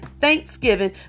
Thanksgiving